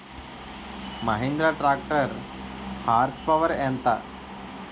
Mahindra tractor horse power ఎంత?